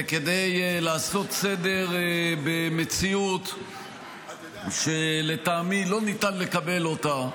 וכדי לעשות סדר במציאות שלטעמי לא ניתן לקבל אותה,